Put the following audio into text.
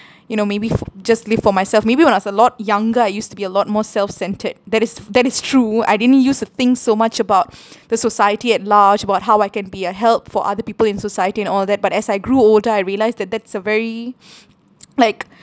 you know maybe for just live for myself maybe when I was a lot younger I used to be a lot more self centred that is that is true I didn't use to think so much about the society at large about how I can be a help for other people in society and all that but as I grew older I realised that that's a very like